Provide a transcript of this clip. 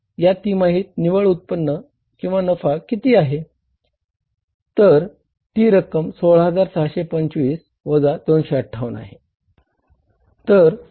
या तिमाहीत निव्वळ उत्पन्न नफा किती आहे तर ती रक्कम 16625 वजा 258 आहे